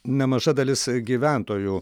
nemaža dalis gyventojų